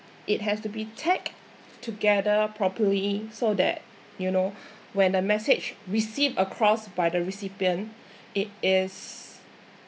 it has to be tacked together properly so that you know when a message received across by the recipient it is